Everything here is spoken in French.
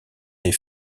des